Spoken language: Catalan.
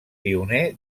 pioner